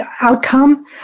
outcome